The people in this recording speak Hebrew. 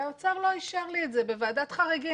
והאוצר לא אישר לי את זה בוועדת חריגים.